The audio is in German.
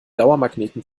dauermagneten